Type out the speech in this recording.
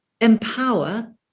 empower